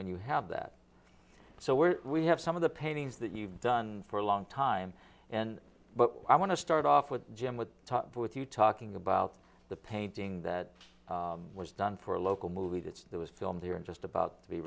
when you have that so what we have some of the paintings that you've done for a long time and but i want to start off with jim with with you talking about the painting that was done for a local movie that there was filmed there in just about to be